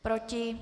Proti?